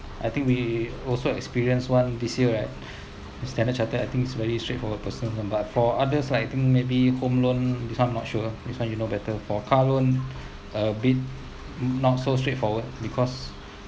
I think we also experienced one this year right Standard Chartered I think is very straightforward personal loan but for others like I think maybe home loan this [one] I'm not sure this [one] you know better for car loan a bit not so straightforward because